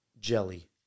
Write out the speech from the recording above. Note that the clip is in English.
jelly